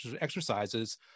exercises